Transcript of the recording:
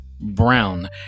Brown